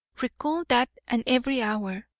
recall that and every hour,